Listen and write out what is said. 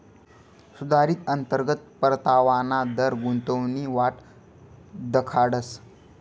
सुधारित अंतर्गत परतावाना दर गुंतवणूकनी वाट दखाडस